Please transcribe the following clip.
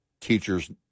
teachers